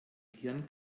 gehirn